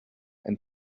and